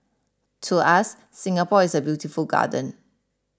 to us Singapore is a beautiful garden